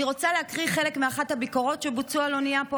אני רוצה להקריא חלק מאחת הביקורות שבוצעו על אונייה פה,